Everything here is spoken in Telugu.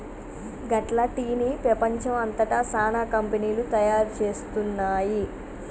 గట్ల టీ ని పెపంచం అంతట సానా కంపెనీలు తయారు చేస్తున్నాయి